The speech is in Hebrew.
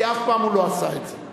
כי אף פעם הוא לא עשה את זה.